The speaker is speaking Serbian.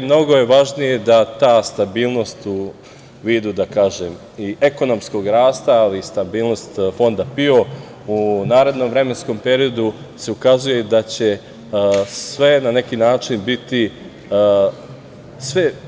Mnogo je važnije da ta stabilnost u vidu i ekonomskog rasta, ali i stabilnost Fonda PIO u narednom vremenskom periodu se ukazuje da će sve na neki način biti